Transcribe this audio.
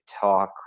talk